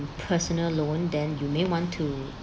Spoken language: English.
personal loan then you may want to